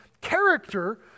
character